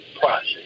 process